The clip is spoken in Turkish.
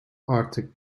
artık